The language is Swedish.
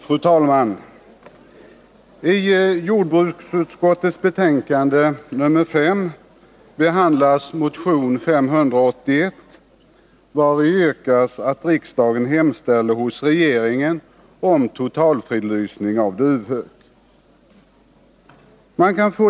Fru talman! I jordbruksutskottets betänkande nr 5 behandlas motion 1980/81:581, vari yrkas att riksdagen hemställer hos regeringen om totalfridlysning av duvhök.